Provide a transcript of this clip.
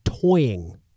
toying